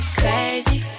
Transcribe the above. crazy